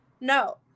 No